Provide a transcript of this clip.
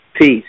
Peace